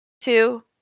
two